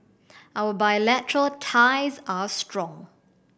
our bilateral ties are strong